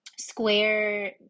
Square